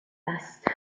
است